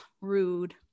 rude